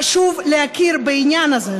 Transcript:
חשוב להכיר בעניין הזה,